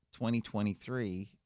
2023